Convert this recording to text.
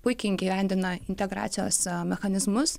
puikiai įgyvendina integracijos mechanizmus